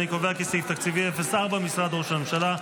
אני קובע כי סעיף תקציבי 04, משרד ראש הממשלה,